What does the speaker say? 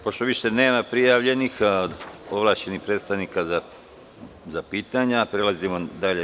Pošto više nema prijavljenih ovlašćenih predstavnika za pitanja, prelazimo dalje.